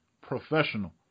professional